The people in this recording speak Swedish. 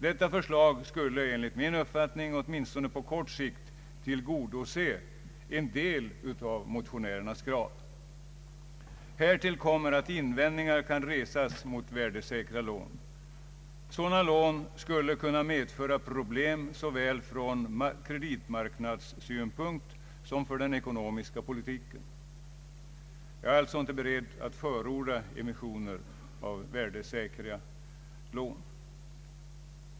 Detta förslag skulle enligt min uppfattning, åtminstone på kort sikt, tillgodose en del av motionärernas krav. Härtill kommer att invändningar kan resas mot värdesäkra lån. Sådana lån skulle kunna medföra problem såväl från kreditmarknadssynpunkt som för den ekonomiska politiken. Jag är alltså inte beredd att förorda emissioner av värdesäkra lån.